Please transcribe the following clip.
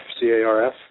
C-A-R-F